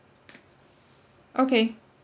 okay